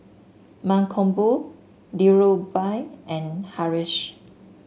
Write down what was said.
Mankombu Dhirubhai and Haresh